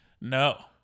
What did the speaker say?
No